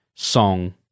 Song